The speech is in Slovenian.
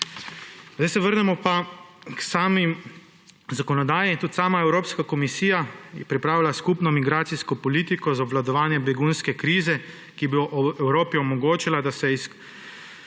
Zdaj se vrnemo pa k sami zakonodaji. Tudi sama Evropska komisija je pripravila skupno migracijsko politiko za obvladovanje begunske krize, ki bi Evropi omogočala, da se